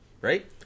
Right